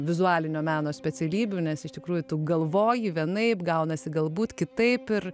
vizualinio meno specialybių nes iš tikrųjų tu galvoji vienaip gaunasi galbūt kitaip ir